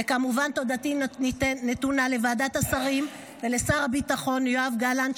וכמובן תודתי נתונה לוועדת השרים ולשר הביטחון יואב גלנט,